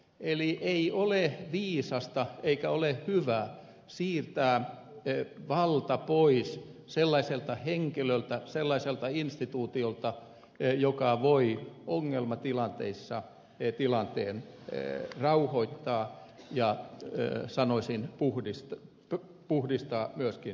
eli ei ole viisasta eikä ole hyvä siirtää valtaa pois sellaiselta henkilöltä sellaiselta instituutiolta joka voi ongelmatilanteissa tilanteen rauhoittaa ja sanoisin puhdistaa myöskin pöydän